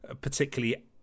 particularly